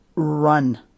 Run